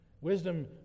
Wisdom